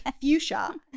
fuchsia